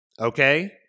Okay